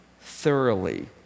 thoroughly